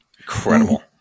Incredible